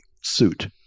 suit